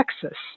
Texas